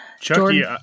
Chucky